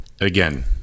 again